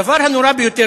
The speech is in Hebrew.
הדבר הנורא ביותר,